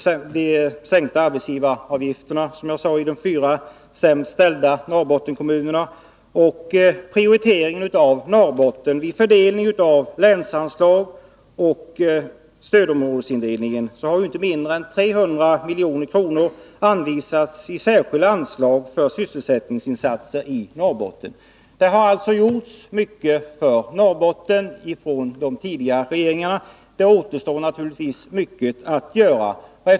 Vi sänkte, som jag sade, arbetsgivaravgifterna i de fyra sämst ställda kommunerna. Vidare har Norrbotten prioriterats vid fördelningen av länsanslag. Inte mindre än 300 milj.kr. har anvisats för särskilda sysselsättningsinsatser i Norrbotten. De tidigare regeringarna har alltså gjort mycket för denna landsända, men det återstår naturligtvis ännu mycket att göra.